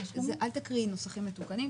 אל תקריאי נוסחים מתוקנים.